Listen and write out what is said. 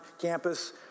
campus